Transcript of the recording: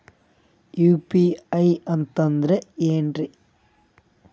UPI ಅಂತಂದ್ರೆ ಏನ್ರೀ?